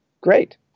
Great